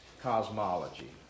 cosmology